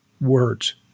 words